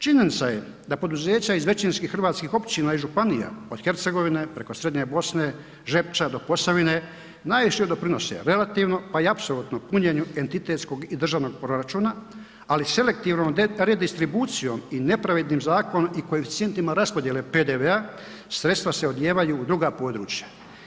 Činjenica je da poduzeća iz većinskih hrvatskih općina i županija od Hercegovine preko Srednje Bosne, Žepča do Posavine najviše doprinose relativno, pa i apsolutno punjenju entitetskog i državnog proračuna, ali selektivno redistribucijom i nepravednim zakonima i koeficijentima raspodjele PDV-a sredstva se odlijevaju u druga područja.